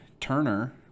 Turner